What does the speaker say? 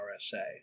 RSA